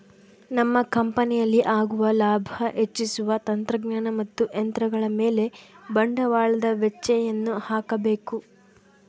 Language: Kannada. ನಮ್ಮ ಕಂಪನಿಯಲ್ಲಿ ಆಗುವ ಲಾಭ ಹೆಚ್ಚಿಸಲು ತಂತ್ರಜ್ಞಾನ ಮತ್ತು ಯಂತ್ರಗಳ ಮೇಲೆ ಬಂಡವಾಳದ ವೆಚ್ಚಯನ್ನು ಹಾಕಬೇಕು